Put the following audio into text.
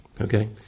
okay